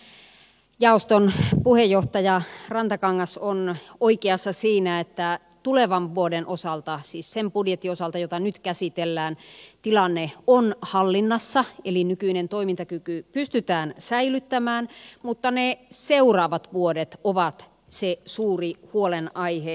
jaoston puheenjohtaja rantakangas on oikeassa siinä että tulevan vuoden osalta siis sen budjetin osalta jota nyt käsitellään tilanne on hallinnassa eli nykyinen toimintakyky pystytään säilyttämään mutta ne seuraavat vuodet ovat se suuri huolenaihe